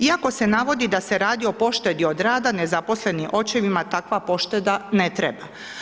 Iako se navodi da se radi o poštedi od rada nezaposlenim očevima takva pošteda ne treba.